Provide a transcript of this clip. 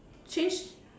change